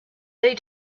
that